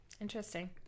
interesting